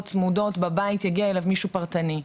צמודות בבית ויגיע אליו מישהו באופן פרטני,